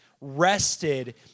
rested